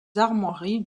armoiries